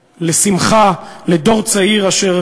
לשמחה, לדור צעיר אשר